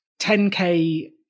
10k